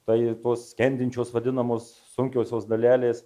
tai tos skendinčios vadinamos sunkiosios dalelės